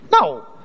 No